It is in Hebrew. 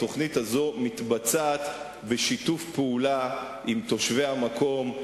התוכנית הזאת מתבצעת בשיתוף פעולה עם תושבי המקום,